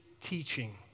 teaching